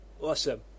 Awesome